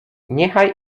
niechaj